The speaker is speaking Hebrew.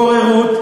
בוררות,